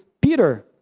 Peter